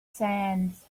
sands